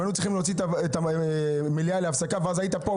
היינו צריכים להוציא את המליאה להפסקה ואז היית קם